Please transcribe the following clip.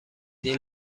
این